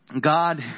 God